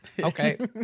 Okay